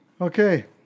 Okay